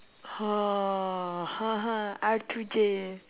hor R to J